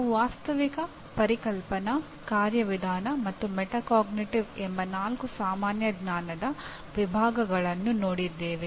ನಾವು ವಾಸ್ತವಿಕ ಪರಿಕಲ್ಪನಾ ಕಾರ್ಯವಿಧಾನ ಮತ್ತು ಒಳ ಅರಿವು ಎಂಬ ನಾಲ್ಕು ಸಾಮಾನ್ಯ ಜ್ಞಾನದ ವಿಭಾಗಗಳನ್ನು ನೋಡಿದ್ದೇವೆ